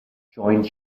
joined